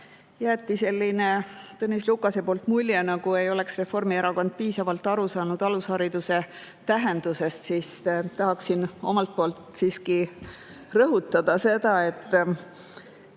jättis sellise mulje, nagu ei oleks Reformierakond piisavalt aru saanud alushariduse tähendusest, siis tahaksin omalt poolt siiski rõhutada seda, et